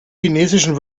chinesischen